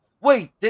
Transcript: wait